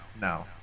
no